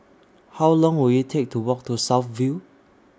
How Long Will IT Take to Walk to South View